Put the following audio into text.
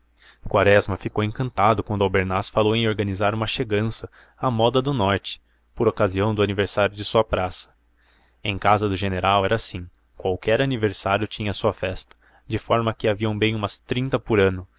quaresma ficou encantado quando albernaz falou em organizar uma chegança à moda do norte por ocasião do aniversário de sua praça em casa do general era assim qualquer aniversário tinha a sua festa de forma que havia bem umas trinta por ano